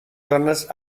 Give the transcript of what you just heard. zones